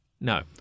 No